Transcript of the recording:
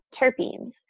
terpenes